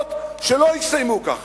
האחרונות משטים לעזה